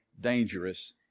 dangerous